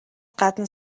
гадна